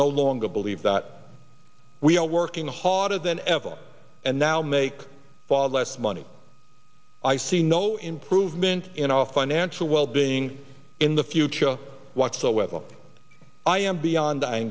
no longer believe that we are working harder than ever and now make far less money i see no improvement in our financial wellbeing in the future whatsoever i am beyond